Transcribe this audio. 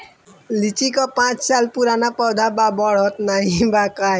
लीची क पांच साल पुराना पौधा बा बढ़त नाहीं बा काहे?